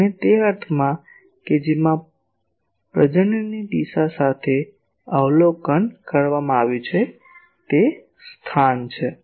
અને તે અર્થમાં કે જેમાં પ્રજનનની દિશા સાથે અવલોકન કરવામાં આવ્યું છે તે સ્થાન છે